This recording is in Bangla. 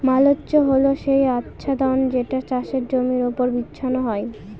মালচ্য হল সেই আচ্ছাদন যেটা চাষের জমির ওপর বিছানো হয়